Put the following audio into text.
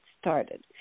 started